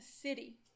city